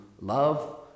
love